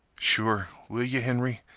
sure will yeh, henry?